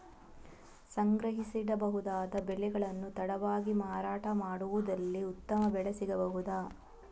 ಸಂಗ್ರಹಿಸಿಡಬಹುದಾದ ಬೆಳೆಗಳನ್ನು ತಡವಾಗಿ ಮಾರಾಟ ಮಾಡುವುದಾದಲ್ಲಿ ಉತ್ತಮ ಬೆಲೆ ಸಿಗಬಹುದಾ?